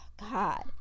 God